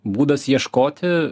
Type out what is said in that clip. būdas ieškoti